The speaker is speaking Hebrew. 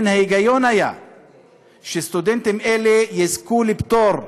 מן ההיגיון היה שסטודנטים אלה יזכו לפטור ולהנחה,